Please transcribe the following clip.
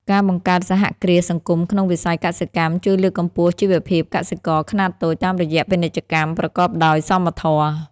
ការបង្កើតសហគ្រាសសង្គមក្នុងវិស័យកសិកម្ម ជួយលើកកម្ពស់ជីវភាពកសិករខ្នាតតូចតាមរយៈពាណិជ្ជកម្មប្រកបដោយសមធម៌។